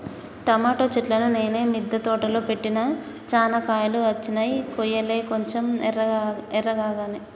tomato చెట్లును నేను మిద్ద తోటలో పెట్టిన చానా కాయలు వచ్చినై కొయ్యలే కొంచెం ఎర్రకాగానే